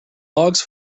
logs